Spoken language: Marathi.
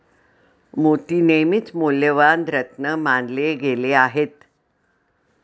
मोती नेहमीच मौल्यवान रत्न मानले गेले आहेत